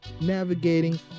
navigating